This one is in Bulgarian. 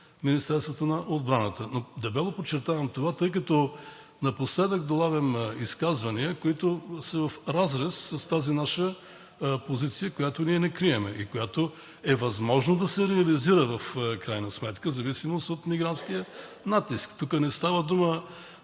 Министерството на отбраната. Дебело подчертавам това, тъй като напоследък долавям изказвания, които са в разрез с тази наша позиция, която ние не крием и която е възможно да се реализира в крайна сметка, в зависимост от мигрантския натиск. Тук не става дума